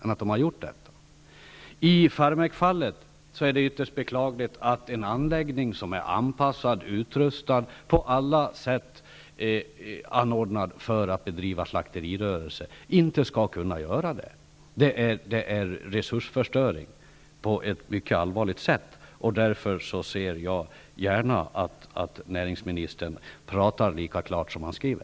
När det gäller Farmek är det ytterst beklagligt att en anläggning som är anpassad och utrustad för slakterirörelse inte skall kunna användas härför. Det är fråga om allvarligt slöseri med resurser. Jag ser gärna att näringsministern talar lika klart som han skriver.